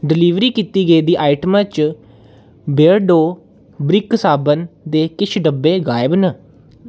deliver कीती गेदी आइटमें चा बियरडो ब्रिक साबन दे किश डब्बे गायब न